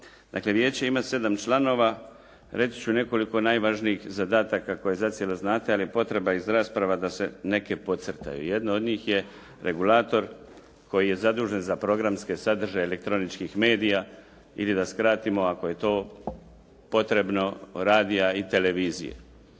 vijeće ima 7 članova. Reći ću nekoliko najvažnijih zadataka koje zacijelo znate, ali je potreba iz rasprava da se neke podcrtaju. Jedna od njih je regulator koji je zadužen za programske sadržaje elektroničkih medija ili da skratimo ako je to potrebno radija i televizije.